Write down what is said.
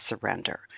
surrender